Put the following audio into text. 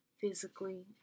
physically